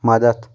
مدد